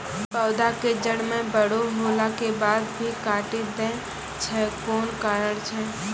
पौधा के जड़ म बड़ो होला के बाद भी काटी दै छै कोन कारण छै?